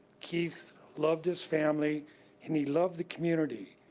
keith loved his family and he loved the community.